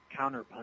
counterpunch